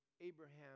Abraham